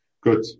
good